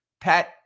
Pat